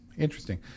Interesting